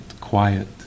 quiet